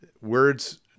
words